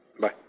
bye